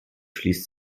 schließt